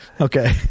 Okay